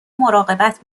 مراقبت